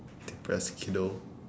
depressed kiddo